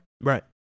Right